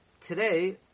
today